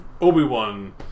Obi-Wan